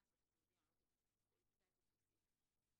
אתם יודעים, אני לא פוליטיקאית טיפוסית.